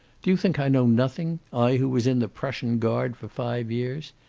do you think i know nothing? i, who was in the prussian guard for five years.